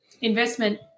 investment